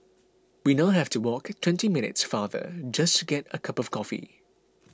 we now have to walk twenty minutes farther just to get a cup of coffee